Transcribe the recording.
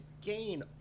gain